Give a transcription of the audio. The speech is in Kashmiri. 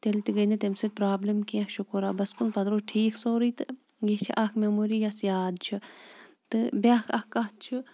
تیٚلہِ تہِ گٔے نہٕ تَمہِ سۭتۍ پرٛابلِم کیٚنٛہہ شُکُر رۄبَس کُن پَتہٕ روٗد ٹھیٖک سورُے تہٕ یہِ چھِ اَکھ مٮ۪موری یۄس یاد چھِ تہٕ بیٛاکھ اَکھ کَتھ چھِ